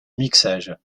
mixage